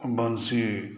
वन्शी